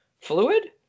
fluid